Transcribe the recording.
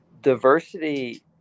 diversity